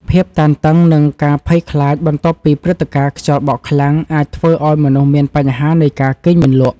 ភាពតានតឹង និងការភ័យខ្លាចបន្ទាប់ពីព្រឹត្តិការណ៍ខ្យល់បក់ខ្លាំងអាចធ្វើឱ្យមនុស្សមានបញ្ហានៃការគេងមិនលក់។